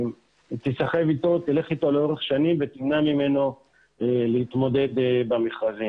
היא תיסחב אתו ותלך אתו לאורך שנים ותמנע ממנו להתמודד במכרזים.